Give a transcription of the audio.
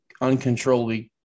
uncontrollably